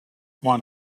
want